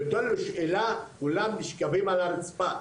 נותן לו שאלה וכולם נשכבים על הרצפה.